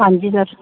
ਹਾਂਜੀ ਸਰ